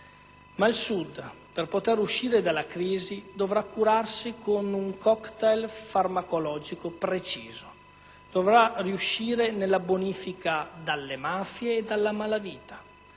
Ma il Sud per poter uscire dalla crisi fa dovrà curarsi con un cocktail farmacologico preciso: dovrà riuscire nella bonifica dalle mafie e dalla malavita,